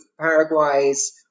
Paraguay's